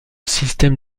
système